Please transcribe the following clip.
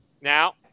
Now